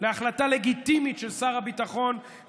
להחלטה לגיטימית של שר הביטחון,